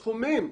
סכומים.